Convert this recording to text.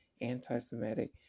anti-Semitic